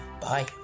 Bye